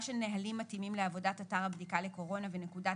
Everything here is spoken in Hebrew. של נהלים מתאימים לעבודת אתר הבדיקה לקורונה ונקודת